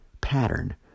pattern